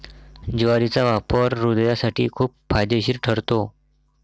ज्वारीचा वापर हृदयासाठी खूप फायदेशीर ठरतो